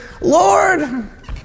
Lord